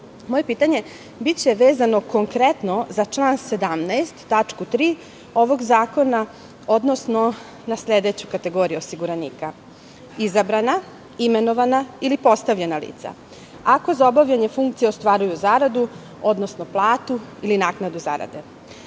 pitanje biće vezano konkretno za član 17. tačku 3. ovog zakona, odnosno na sledeću kategoriju osiguranika – izabrana, imenovana ili postavljena lica, ako za obavljanje funkcije ostvaruju zaradu, odnosno platu, ili naknadu zarade,